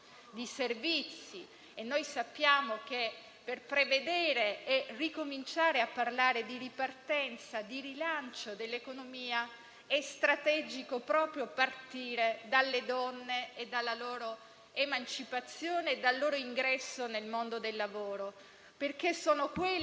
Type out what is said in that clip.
considerato un aspetto marginale. Sappiamo, invece, come sono aumentati, purtroppo, i casi di violenza sia sulle donne che sui minori proprio all'interno delle famiglie, anche a causa di questo permanere dei contagi da Covid.